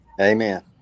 Amen